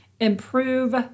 improve